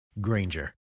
Granger